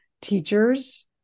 teachers